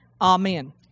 Amen